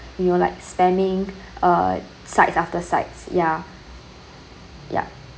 you know like spanning uh sites after sites ya yup